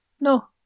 No